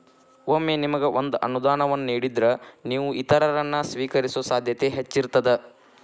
ಒಮ್ಮೆ ನಿಮಗ ಒಂದ ಅನುದಾನವನ್ನ ನೇಡಿದ್ರ, ನೇವು ಇತರರನ್ನ, ಸ್ವೇಕರಿಸೊ ಸಾಧ್ಯತೆ ಹೆಚ್ಚಿರ್ತದ